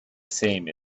same